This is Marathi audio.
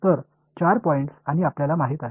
तर चार पॉईंट्स आणि आपल्याला माहिती आहे